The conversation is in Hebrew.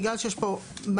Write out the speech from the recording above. בגלל שיש פה מערכת,